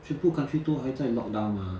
全部 country 都还在 lockdown down mah